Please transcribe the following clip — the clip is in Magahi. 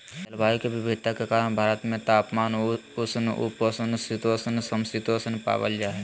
जलवायु के विविधता के कारण भारत में तापमान, उष्ण उपोष्ण शीतोष्ण, सम शीतोष्ण पावल जा हई